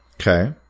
Okay